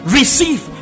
receive